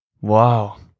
Wow